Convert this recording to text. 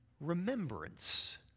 remembrance